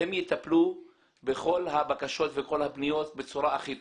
הם יטפלו בכל הבקשות וכל הפניות בצורה הכי טובה,